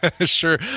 Sure